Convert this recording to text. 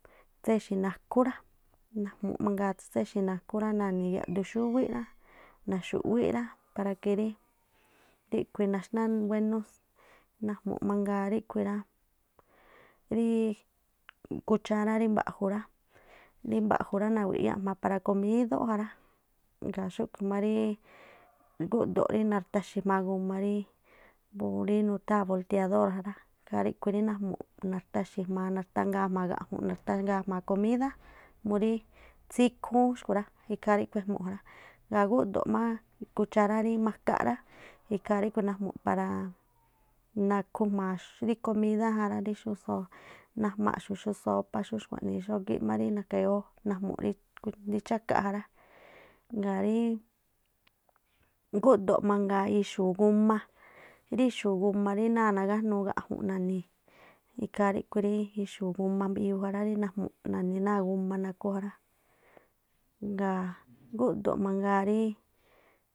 Tséxí nakhú rá, najmu̱ꞌ mangaa tsú tsréxi̱ nakhú ra na̱ni̱ yaꞌdu xúwíꞌ rá, na̱xu̱ꞌwí rá para que rí nanxná wénú. Najmu̱ꞌ mangaa ríꞌkhui̱ rá ríí kuchárá ri mbaꞌju rá, rí mbaꞌju̱ rá nagruiyá jma̱a para komidó ja rá, ngaa̱ xúꞌkhu̱ má rí guꞌdo̱ꞌ rí na̱rtaxi̱ jma̱a guma rí purí nutháa̱n bolteador ja rá ikhaa ríkhui̱ rí najmu̱ꞌ na̱rta̱xi̱ nartangaa jma̱a gaꞌju̱nꞌ nartangaa jma̱a komidá murí tsíkhúún xku̱ rá, ikhaa ríꞌkhui̱ ejmu̱ꞌ ja rá. Ngaa̱ gúꞌdo̱ má rí kuchará ri makaꞌ ikhaa ríꞌkhu̱ najmu̱ꞌ nakhu jma̱a xú rí komidá ja rá rí xú soo najmaaꞌxu̱ xú sópá xúxkhuaꞌnii xógíꞌ má rí nakayóó najmu̱ꞌ rí kuk rí chákaꞌ ja rá, ngaa̱̱ ríí. Gúꞌdoꞌ mangaa ixu̱u̱ guma, rí ixu̱u̱ guma ri náa̱ nagájnuu gaꞌjunꞌ na̱ni̱ ikhaa ríꞌkhui̱ rí ixu̱u̱ guma mbiꞌjiuu ja rá rí najmu̱ꞌ nani̱ náa̱ guma nakhu ja rá, ngaa̱ gúꞌdo̱ꞌ mangaa ríí.